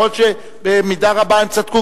יכול להיות שבמידה רבה הם צדקו,